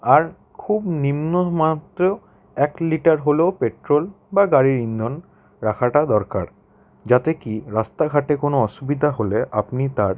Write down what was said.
আর খুব নিম্নমাত্রেও এক লিটার হলেও পেট্রোল বা গাড়ির ইন্ধন রাখাটা দরকার যাতে কী রাস্তাঘাটে কোনো অসুবিধা হলে আপনি তার